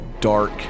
dark